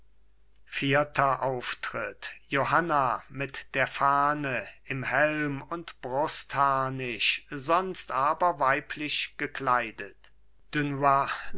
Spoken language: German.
vierter auftritt johanna mit der fahne im helm und brustharnisch sonst aber weiblich gekleidet dunois